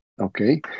Okay